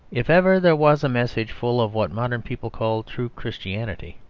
if ever there was a message full of what modern people call true christianity,